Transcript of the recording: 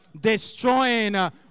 destroying